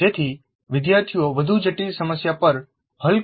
જેથી વિદ્યાર્થીઓ વધુ જટિલ સમસ્યા પર હલ કરવામાં અનુકુળતા આવે